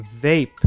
vape